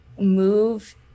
move